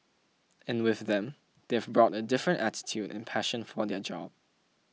and with them they have brought a different attitude and passion for their job